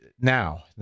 now